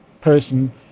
person